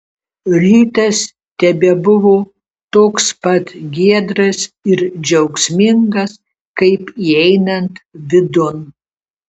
rytas tebebuvo toks pat giedras ir džiaugsmingas kaip įeinant vidun